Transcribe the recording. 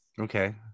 Okay